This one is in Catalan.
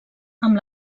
amb